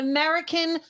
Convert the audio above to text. American